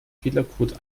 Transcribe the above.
fehlercode